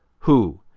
who,